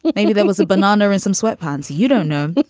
but maybe there was a banana in some sweatpants. you don't know.